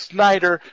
Snyder